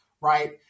right